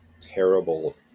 terrible